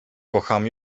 kocham